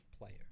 player